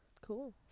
cool